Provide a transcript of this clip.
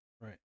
Right